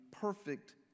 perfect